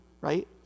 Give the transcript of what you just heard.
Right